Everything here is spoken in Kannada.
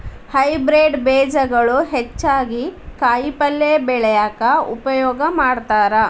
ಹೈಬ್ರೇಡ್ ಬೇಜಗಳು ಹೆಚ್ಚಾಗಿ ಕಾಯಿಪಲ್ಯ ಬೆಳ್ಯಾಕ ಉಪಯೋಗ ಮಾಡತಾರ